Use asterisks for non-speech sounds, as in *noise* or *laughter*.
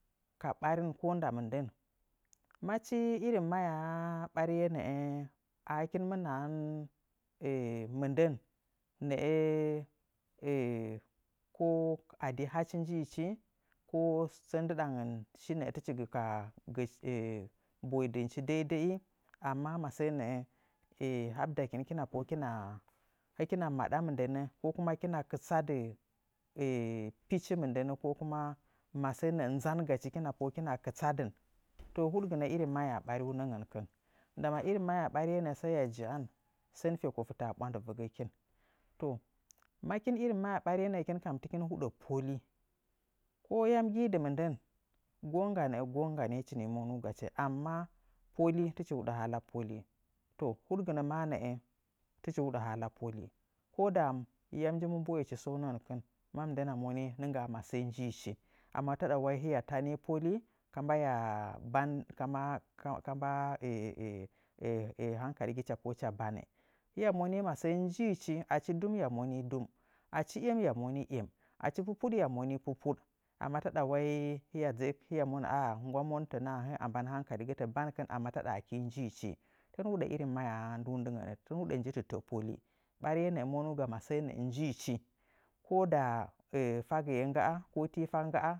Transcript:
Ka barn ko nda mɨndən, machi irin mahyaa ɓariye nəə a hɨkin mɨ naha *hesitation* mɨndən *unintelligible* *hesitation* ko a di hachi njiichi ko sənhari indɨɗa shi tɨchi kɨ ka boidɨnchi dei dəyi amma masəə nəə *hesitation* haɓɨdakin hɨkina maɗa mɨndənə, ko kuma hɨkina kitsadɨ pichi mɨndənə ko kuma masəə nəə nzandchi hɨkina pohəə hɨkina hɨɗadɨn. To, huɗgɨnə mahyaa ɓariunəngən. Ndama irin bariye nəə hiya jaan sən feko tɨtə a bwandɨvəgəkin. To, makin mahyaa ɓariye nəə hɨkin kam tɨkin huɗə poli, to ko yam gii dɨ mɨndən, gongga nəə gongga hɨchi nii monwugachi. To, huɗgɨnə maa nəə tɨchi huɗə hala poli. Yam nji mbommboechi səungəngənkɨna ma mɨndəna monii amma taɗa hiya tanii poli. Tɨn huɗə mahyaangən. Ka mba hiya gəə hangkaligi hɨcha bannɨ. Hiya monii masəə njichi, achi dum hiya monii dum, achi em, hiya monii em, achi pupuɗ hiya momi pupuɗ. Amma taɗawai ɦiya dzəə hiya monə nggwa monətənə akeə a mban hangkaligətə bankɨn amma taɗa aikii njiichi. Tɨn huɗə mahyaangona tɨn huɗa nji tətə poli, ɓariye monuuga masəə njiichi ko da fagiye nggaa ko tie faa nggaa.